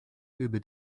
über